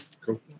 Cool